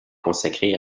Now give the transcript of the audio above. consacrée